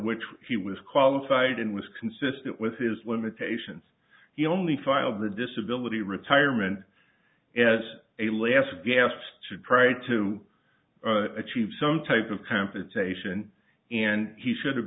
which he was qualified and was consistent with his limitations he only filed for disability retirement as a last gasp should try to achieve some type of compensation and he should